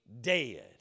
dead